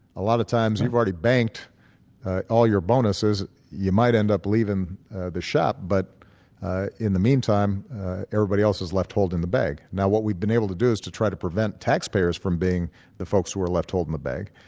a lot of times you've already banked all your bonuses. you might end up leaving the shop, but in the meantime everybody else is left holding the bag. now what we've been able to do is to try to prevent taxpayers from being the folks who are left holding the bag.